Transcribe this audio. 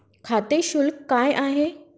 खाते शुल्क काय आहे?